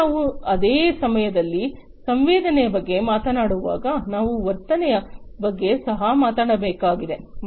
ಈಗ ನಾವು ಅದೇ ಸಮಯದಲ್ಲಿ ಸಂವೇದನೆಯ ಬಗ್ಗೆ ಮಾತನಾಡುವಾಗ ನಾವು ವರ್ತನೆಯ ಬಗ್ಗೆ ಸಹ ಮಾತನಾಡಬೇಕಾಗಿದೆ